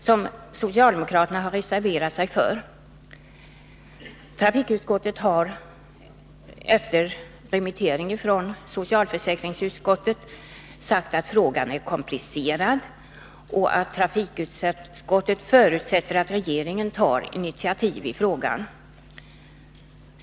Frågan har av socialförsäkringsutskottet överlämnats till trafikutskottet för yttrande, och trafikutskottet har uttalat att frågan är komplicerad och att man förutsätter att regeringen tar initiativ i denna fråga.